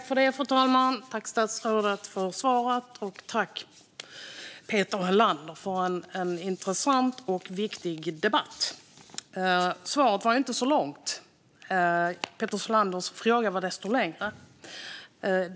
Fru talman! Tack för svaret, statsrådet, och tack för en intressant och viktig interpellation, Peter Helander! Svaret var inte särskilt långt. Peter Helanders fråga var desto längre.